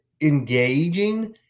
engaging